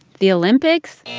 the olympics?